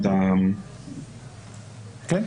כן.